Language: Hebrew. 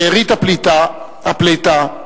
שארית הפליטה,